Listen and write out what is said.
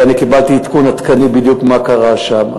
ואני קיבלתי עדכון עדכני מה בדיוק קרה שם.